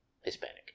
Hispanic